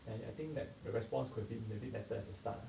then I think that the response could be maybe better at the start ah